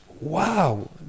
wow